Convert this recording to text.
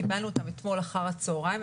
קיבלנו אותם אתמול אחר הצהריים,